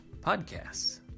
podcasts